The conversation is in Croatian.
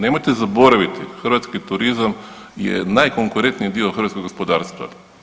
Nemojte zaboraviti hrvatski turizam je najkonkurentniji dio hrvatskog gospodarstva.